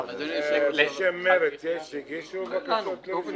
בשם מרצ הוגשו בקשות לרשות דיבור?